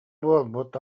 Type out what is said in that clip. буолбут